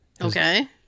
Okay